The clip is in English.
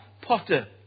potter